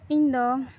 ᱤᱧᱫᱚ